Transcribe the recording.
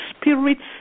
spirits